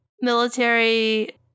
military